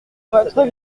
votre